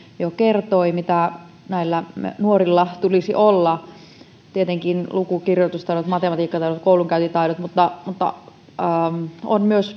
jo kertoi mitä näillä nuorilla tulisi olla lisään sen että tietenkin luku ja kirjoitustaidot matematiikkataidot koulunkäyntitaidot mutta tällä hetkellä on myös